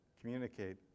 communicate